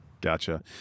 Gotcha